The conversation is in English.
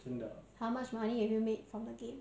how much money have you made from the game